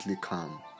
calm